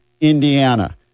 Indiana